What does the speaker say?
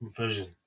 version